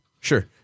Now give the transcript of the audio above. Sure